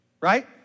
right